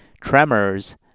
tremors